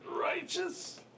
Righteous